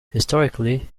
historically